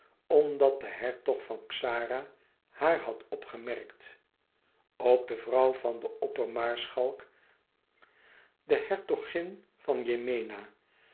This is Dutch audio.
omdat de hertog van xara haar had opgemerkt ook de vrouw van den opperhofmaarschalk de hertogin van yemena